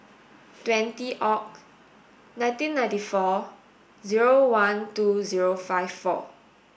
twenty Oct nineteen ninety four zero one two zero five four